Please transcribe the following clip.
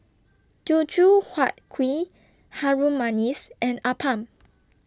Teochew Huat Kuih Harum Manis and Appam